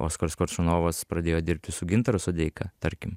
oskaras koršunovas pradėjo dirbti su gintaru sodeika tarkim